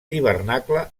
hivernacle